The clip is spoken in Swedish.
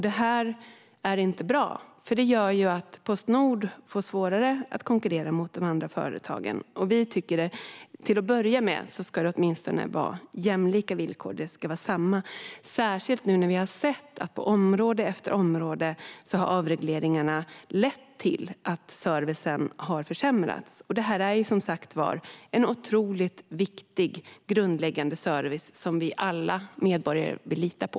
Detta är inte bra, för det gör att Postnord får svårare att konkurrera med de andra företagen. Vi tycker att det till att börja med åtminstone ska vara jämlika villkor, särskilt nu när vi har sett att avregleringarna på område efter område har lett till att servicen har försämrats. Detta är som sagt var en otroligt viktig, grundläggande service som alla vi medborgare vill lita på.